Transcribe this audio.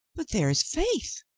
but there is faith,